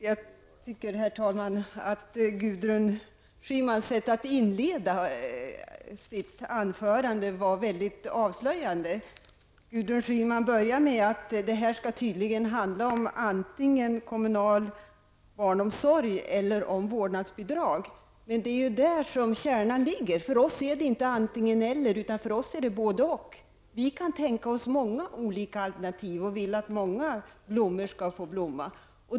Herr talman! Jag tycker att Gudrun Schymans sätt att inleda sitt anförande var väldigt avslöjande. Hon börjar med att detta tydligen skall handla om antingen kommunal barnomsorg eller om vårdnadsbidrag. Men det är där kärnan ligger. För oss är det inte antingen -- eller, utan både -- och. Vi kan tänka oss många olika alternativ. Vi vill att många blommor skall blomma.